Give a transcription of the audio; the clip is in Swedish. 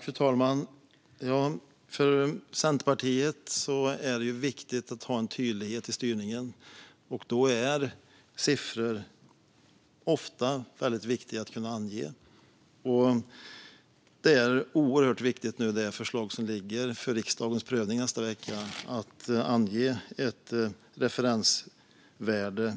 Fru talman! För Centerpartiet är det viktigt att ha en tydlighet i styrningen, och då är det ofta väldigt viktigt att kunna ange siffror. När det gäller det förslag som ligger för riksdagens prövning nästa vecka är det oerhört viktigt att i riksdagsbeslutet ange ett referensvärde